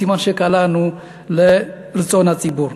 סימן שקלענו לרצון הציבור.